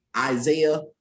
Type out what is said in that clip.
Isaiah